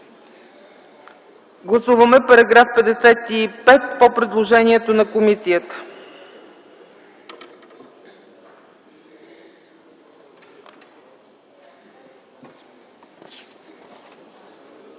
Гласуваме § 55 по предложението на комисията.